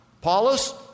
Paulus